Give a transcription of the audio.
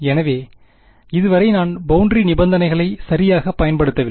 எனவே இதுவரை நான் பௌண்டரி நிபந்தனைகளை சரியாக பயன்படுத்தவில்லை